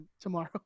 tomorrow